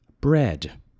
Bread